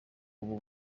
ubu